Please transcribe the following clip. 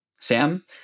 Sam